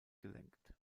gelenkt